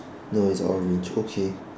no it's orange okay